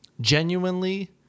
genuinely